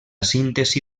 síntesi